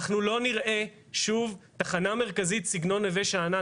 אנחנו לא נראה שוב תחנה מרכזית בסגנון נווה שאנן,